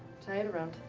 tie it around.